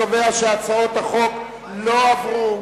אני קובע שהצעות החוק לא עברו.